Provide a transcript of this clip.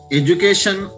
education